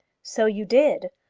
so you did.